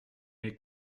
est